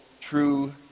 true